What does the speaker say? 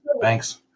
Thanks